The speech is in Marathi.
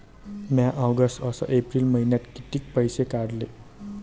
म्या ऑगस्ट अस एप्रिल मइन्यात कितीक पैसे काढले?